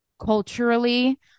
culturally